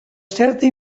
certa